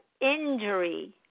injury